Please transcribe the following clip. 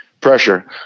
pressure